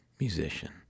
musician